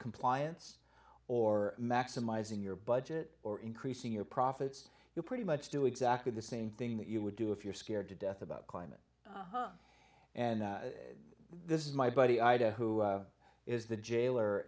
compliance or maximizing your budget or increasing your profits you pretty much do exactly the same thing that you would do if you're scared to death about climate and this is my buddy idea who is the jailer